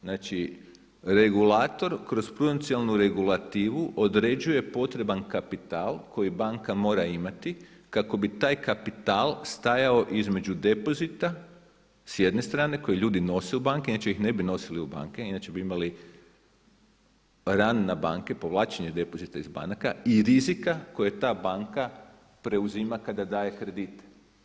Znači regulator kroz prudencijalnu regulativu određuje potreban kapital koji banka mora imati kako bi taj kapital stajao između depozita s jedne strane koji ljudi nose u banke, inače ih ne bi nosili u banke, inače bi imali … banke, povlačenje depozita iz banaka i rizika koje ta banka preuzima kada daje kredite.